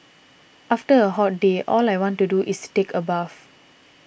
after a hot day all I want to do is take a bath